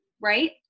Right